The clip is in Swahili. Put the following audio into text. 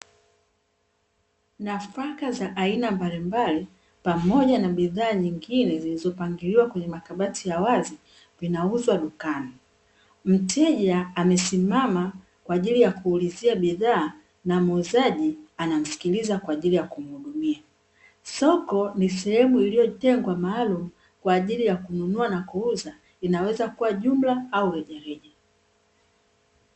Nafaka za aina mbalimbali pamoja na bidhaa nyingine zilizopangiliwa kwenye makabati ya wazi vinauzwa dukani, mteja amesimama kwa ajili ya kuulizia bidhaa na muuzaji anamsikiliza kwa ajili ya kumhudumia. Soko ni sehemu iliyotengwa maalumu kwa ajili ya kununua na kuuza inaweza kuwa jumla au rejareja.